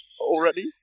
already